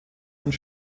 und